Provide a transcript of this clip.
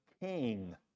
king